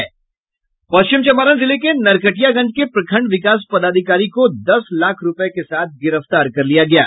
पश्चिम चम्पारण जिले के नरगटियागंज के प्रखंड विकास पदाधिकारी को दस लाख रूपये के साथ गिरफ्तार कर लिया गया है